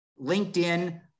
LinkedIn